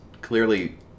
clearly